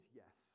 yes